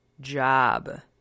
job